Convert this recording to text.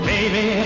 Baby